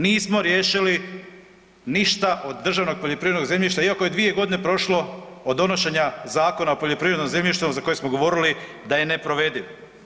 Nismo riješili ništa od državnog poljoprivrednog zemljišta, iako je 2 godine prošlo od donošenja Zakona o poljoprivrednom zemljištu za koje smo govorili da je neprovediv.